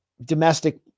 domestic